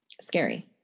scary